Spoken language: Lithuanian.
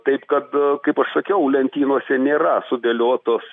taip kad kaip aš sakiau lentynose nėra sudėliotos